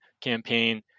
campaign